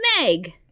Meg